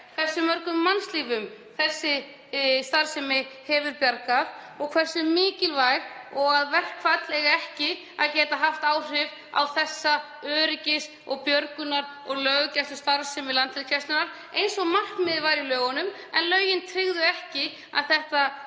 hversu mörgum mannslífum þessi starfsemi hefur bjargað og hversu mikilvæg hún er og að verkfall eigi ekki að geta haft áhrif á öryggis-, björgunar- og löggæslustarfsemi Landhelgisgæslunnar eins og markmiðið var í lögunum. En lögin tryggðu ekki að þetta